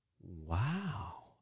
wow